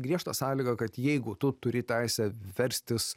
griežtą sąlygą kad jeigu tu turi teisę verstis